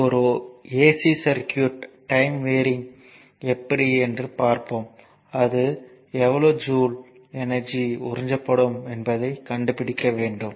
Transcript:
இது ஒரு ஏசி சர்க்யூட்க்கு டைம் வேரியிங் எப்படி என்று பார்ப்போம் அது எவ்வளவு ஜூல் எனர்ஜி உறிஞ்சப்படும் என்பதைக் கண்டுபிடிக்க வேண்டும்